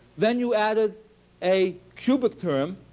then you added a cubic term.